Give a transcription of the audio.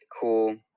cool